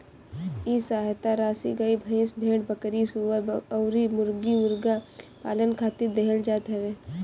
इ सहायता राशी गाई, भईस, भेड़, बकरी, सूअर अउरी मुर्गा मुर्गी पालन खातिर देहल जात हवे